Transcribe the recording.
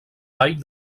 vall